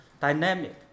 dynamic